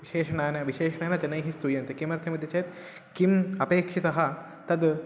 विशेषणान् विशेषणेन जनैः स्तूयन्ते किमर्थमिति चेत् किम् अपेक्षितः तद्